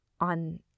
on